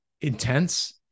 intense